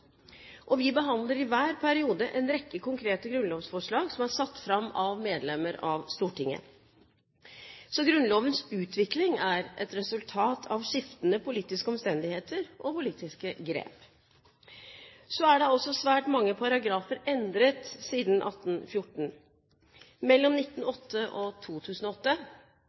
og vi behandler i hver periode en rekke konkrete grunnlovsforslag som er satt fram av medlemmer av Stortinget. Så Grunnlovens utvikling er et resultat av skiftende politiske omstendigheter og politiske grep. Så er da også svært mange paragrafer endret siden 1814. Mellom 1908 og 2008